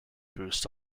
boost